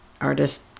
artist